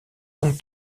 donc